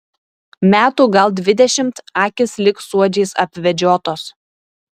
metų gal dvidešimt akys lyg suodžiais apvedžiotos